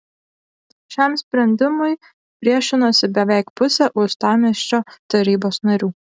šiam sprendimui priešinosi beveik pusė uostamiesčio tarybos narių